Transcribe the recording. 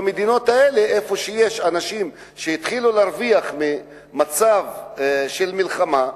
במדינות האלה יש אנשים שהתחילו להרוויח ממצב של מלחמה,